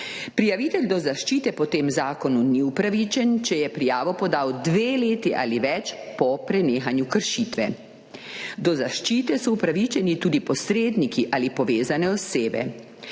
Prijavitelj do zaščite po tem zakonu ni upravičen, če je prijavo podal dve leti ali več po prenehanju kršitve. Do zaščite so upravičeni tudi posredniki ali povezane osebe.